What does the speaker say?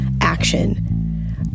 action